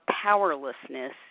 powerlessness